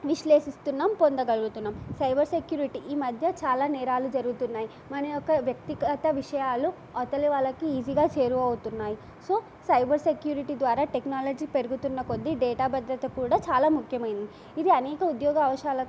విశ్లేషిస్తున్నాం పొందగలుగుతున్నాం cyber security ఈ మధ్య చాలా నేరాలు జరుగుతున్నాయి మన యొక్క వ్యక్తిగత విషయాలు అవతలి వాళ్ళకి ఈజీగా చేరువు అవుతున్నాయి సో సైబర్ సెక్యూరిటీ ద్వారా టెక్నాలజీ పెరుగుతున్న కొద్ది డేటా భద్రత కూడా చాలా ముఖ్యమైనది ఇది అనేక ఉద్యోగ అవకాశాలకు